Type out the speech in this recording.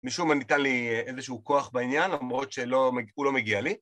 משום מה ניתן לי איזשהו כוח בעניין למרות שהוא לא מגיע לי